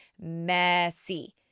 messy